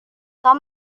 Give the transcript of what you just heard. tom